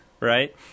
right